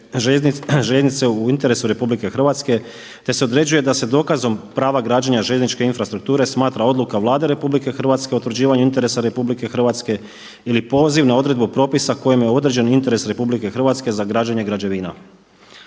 željeznice u interesu RH te se određuje da se dokazom prava građenja željezničke infrastrukture smatra odluka Vlade RH o utvrđivanju interesa RH ili poziv na odredbu propisa kojim je određen interes RH za građenje građevina.